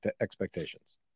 expectations